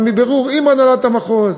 אבל מבירור עם הנהלת המחוז